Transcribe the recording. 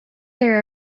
there